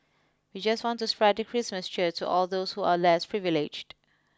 we just want to spread the Christmas cheer to all those who are less privileged